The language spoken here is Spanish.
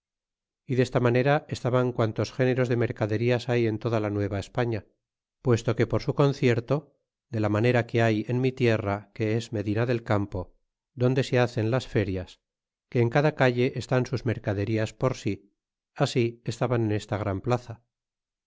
y desta manera estaban quantos géneros de mercaderías hay en toda la nueva españa puesto que por su concierto de la manera que hay en mi tierra que es medina del campo donde se hacen las ferias que en cada calle estan sus mercaderías por sí así estaban en esta gran plaza